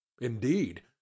indeed